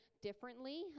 differently